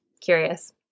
curious